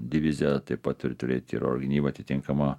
divizija taip pat turi turėt ir oro gynybą atitinkamą